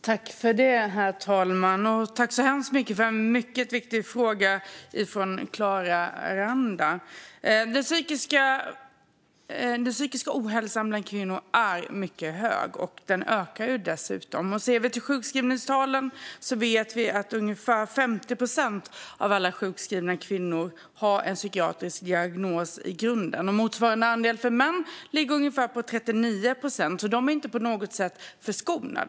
Herr talman! Jag tackar så hemskt mycket för en mycket viktig fråga från Clara Aranda. Den psykiska ohälsan bland kvinnor är mycket hög, och den ökar dessutom. Vi vet av sjukskrivningstalen att ungefär 50 procent av alla sjukskrivna kvinnor har en psykiatrisk diagnos i grunden. Motsvarande andel för män ligger på ungefär 39 procent, så de är inte på något sätt förskonade.